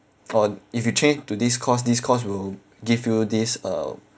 or if you change to this course this course will give you this uh